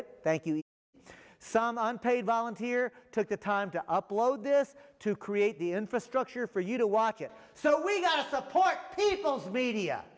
it thank you some unpaid volunteer took the time to upload this to create the infrastructure for you to watch it so we got to support people's media